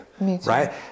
right